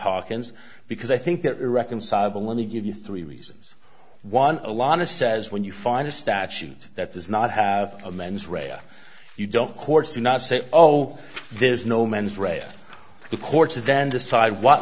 hawkins because i think that irreconcilable let me give you three reasons one a lot of says when you find a statute that does not have a mens rea you don't courts do not say oh there's no mens rea the courts then decide what